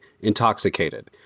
intoxicated